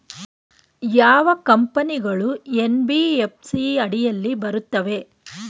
ಯಾವ ಕಂಪನಿಗಳು ಎನ್.ಬಿ.ಎಫ್.ಸಿ ಅಡಿಯಲ್ಲಿ ಬರುತ್ತವೆ?